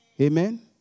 Amen